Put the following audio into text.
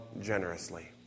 generously